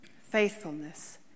faithfulness